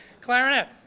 Clarinet